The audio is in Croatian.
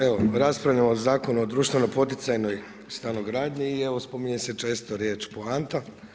Evo raspravljamo o Zakonu o društveno poticajnoj stanogradnji i evo spominje se često riječ poanta.